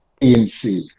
ANC